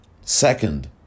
Second